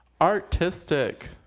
artistic